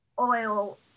oil